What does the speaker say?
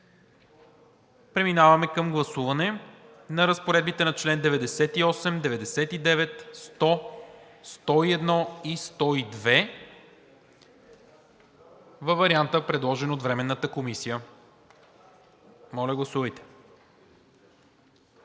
Преминаваме към гласуване на разпоредбите на членове 98, 99, 100, 101 и 102 във варианта, предложен от Временната комисия. Гласували